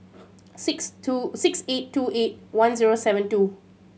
six two six eight two eight one zero seven two